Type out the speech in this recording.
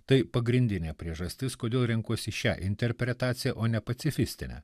tai pagrindinė priežastis kodėl rinkosi šią interpretaciją o ne pacifistinę